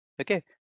Okay